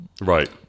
Right